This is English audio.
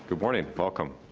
but morning, welcome.